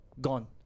Gone